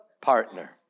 Partner